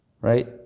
Right